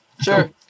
sure